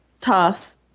tough